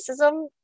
racism